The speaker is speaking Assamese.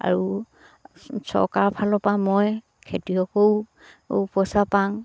আৰু চৰকাৰৰ ফালৰ পৰা মই খেতিয়কে পইচা পাং